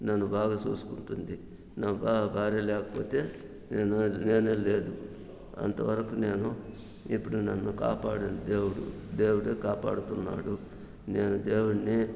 నన్ను బాగా చూసుకుంటుంది నా భా భార్య లేకపోతే నేను లేనే లేదు అంతవరకు నేను ఇప్పుడు నన్ను కాపాడిన దేవుడు దేవుడే కాపాడుతున్నాడు నేను దేవున్ని